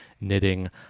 knitting